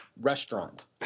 restaurant